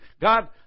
God